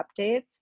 updates